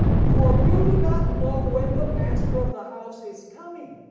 for you do not know when the master of the house is coming.